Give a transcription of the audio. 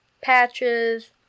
patches